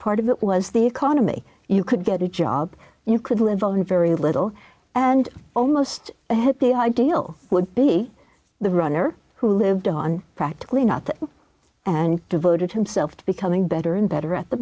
part of it was the economy you could get a job you could live on very little and almost a hippie ideal would be the runner who lived on practically nothing and devoted himself to becoming better and better at the